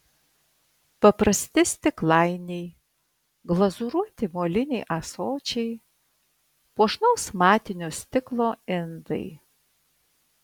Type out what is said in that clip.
paprasti stiklainiai glazūruoti moliniai ąsočiai puošnaus matinio stiklo indai